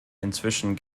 inzwischen